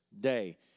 day